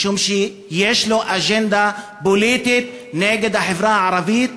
משום שיש לו אג'נדה פוליטית נגד החברה הערבית,